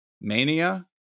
mania